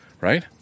right